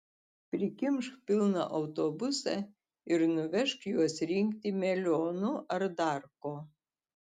prikimšk pilną autobusą ir nuvežk juos rinkti melionų ar dar ko